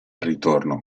ritorno